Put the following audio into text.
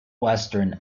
western